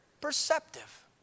perceptive